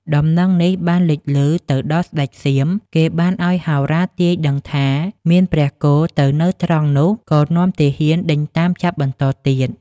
ដំណឹងនេះបានលេចឮទៅដល់ស្ដេចសៀម គេបានឲ្យហោរាទាយដឹងថា មានព្រះគោទៅនៅត្រង់នោះ ក៏នាំទាហានដេញតាមចាប់បន្តទៀត។